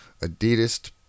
Adidas